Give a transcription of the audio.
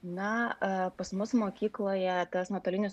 na pas mus mokykloje tas nuotolinis